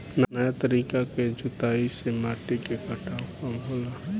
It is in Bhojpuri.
नया तरीका के जुताई से माटी के कटाव कम होला